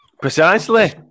Precisely